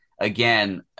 again